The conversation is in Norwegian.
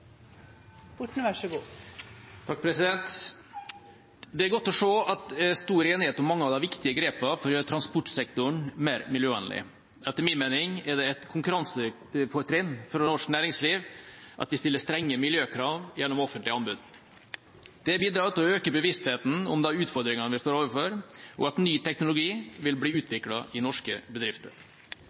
det et konkurransefortrinn for norsk næringsliv at vi stiller strenge miljøkrav gjennom offentlige anbud. Det bidrar til å øke bevisstheten om de utfordringene vi står overfor, og til at ny teknologi vil bli utviklet i norske bedrifter.